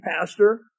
pastor